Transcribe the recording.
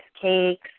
cakes